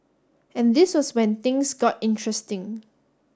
and this was when things got interesting